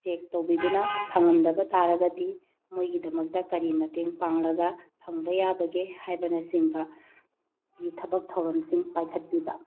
check ꯇꯧꯕꯤꯗꯨꯅ ꯐꯪꯉꯝꯗꯕ ꯇꯥꯔꯒꯗꯤ ꯃꯣꯏꯒꯤꯗꯃꯛꯇ ꯀꯔꯤ ꯃꯇꯦꯡ ꯄꯥꯡꯂꯒ ꯐꯪꯕ ꯌꯥꯕꯒꯦ ꯍꯥꯏꯕꯅ ꯆꯤꯡꯕꯒꯤ ꯊꯕꯛ ꯊꯧꯔꯝꯁꯤꯡ ꯄꯥꯏꯈꯠꯄꯤꯕ